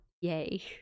yay